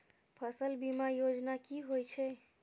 फसल बीमा योजना कि होए छै?